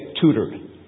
tutored